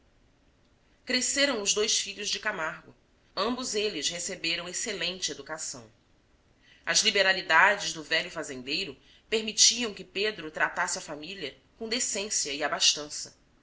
cresceram os dois filhos de camargo ambos eles receberam excelente educação as liberalidades do velho fazendeiro permitiam que pedro tratasse a família com decência e abastança